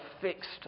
fixed